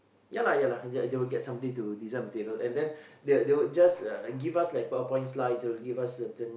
ya lah ya lah they they will get somebody to design material and then they would they would just uh give us like PowerPoint slides they will give us certain